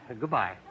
goodbye